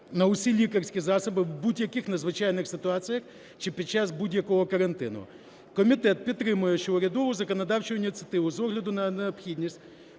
на усі лікарські засоби в будь-яких надзвичайних ситуаціях чи під час будь-якого карантину. Комітет підтримує урядову законодавчу ініціативу з огляду на необхідність